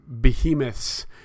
behemoths